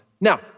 Now